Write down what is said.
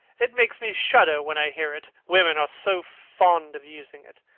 it makes me shudder when i hear it. women are so fond of using it.